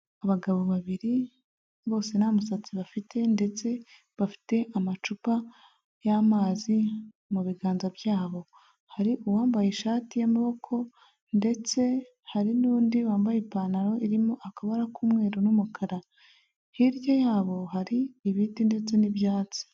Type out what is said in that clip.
Abagabo babiri bose nta musatsi bafite ndetse bafite amacupa y'amazi mu biganza byabo. Hari uwambaye ishati y'amaboko ndetse hari n'undi wambaye ipantaro irimo akabara k'umweru n'umukara, hirya yabo hari ibiti ndetse n'ibyatsi.